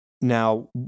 now